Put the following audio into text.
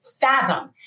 fathom